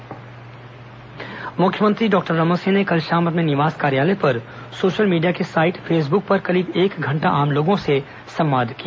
मुख्यमंत्री फेसब्क मुख्यमंत्री डॉक्टर रमन सिंह ने कल शाम अपने निवास कार्यालय पर सोशल मीडिया के साईट फेसबुक पर करीब एक घंटा आम लोगों से संवाद किया